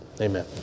Amen